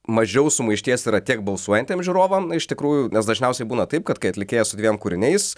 mažiau sumaišties yra tiek balsuojantiem žiūrovam iš tikrųjų nes dažniausiai būna taip kad kai atlikėjas su dviem kūriniais